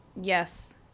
Yes